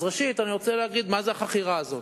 אז ראשית, אני רוצה להגיד מה זה החכירה הזאת.